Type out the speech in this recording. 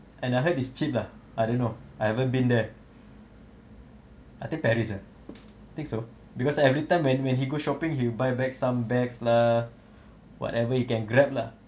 and I heard is cheap lah I don't know I haven't been there I think paris uh think so because every time when when he go shopping he buy back some bags lah whatever he can grab lah